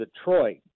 Detroit